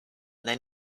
then